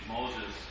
Moses